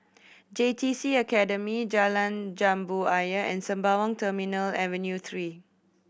J T C Academy Jalan Jambu Ayer and Sembawang Terminal Avenue Three